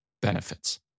benefits